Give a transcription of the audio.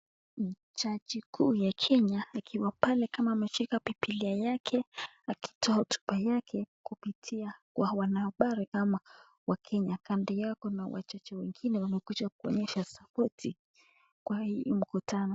Jaji kuu ya Kenya akiwa pale kama ameshika bibilia yake, akitoa hotuba yake kupitia wanahabari ama wakenya. Kando yao kuna wajaji wengine wamekuja kuonyesha sapoti kwa hii mkutano.